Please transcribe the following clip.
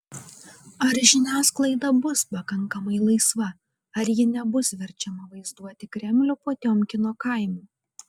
ar žiniasklaida bus pakankamai laisva ar ji nebus verčiama vaizduoti kremlių potiomkino kaimu